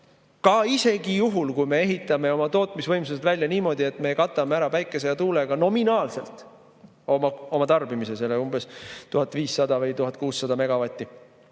et isegi juhul kui me ehitame oma tootmisvõimsused välja niimoodi, et me katame ära päikese ja tuulega nominaalselt oma tarbimise, selle umbes 1500 või 1600 megavatti